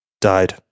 died